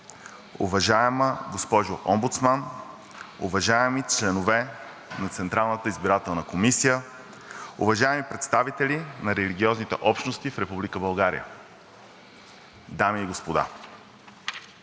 уважаема госпожо Омбудсман, уважаеми членове на Централната избирателна комисия, уважаеми представители на религиозните общности в Република България, дами и господа,